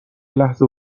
لحظه